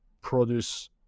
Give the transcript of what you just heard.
produce